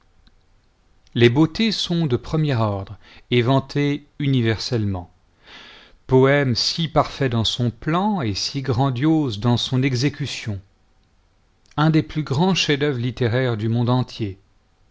les beautés sont de premier orare ei vnutées universellement poème si parfait dans son plan et si grandiose dans son exécution un des plus grands chefs-d'œuvre littéraires du monde entier